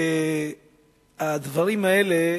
הדברים האלה,